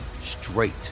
straight